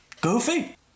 Goofy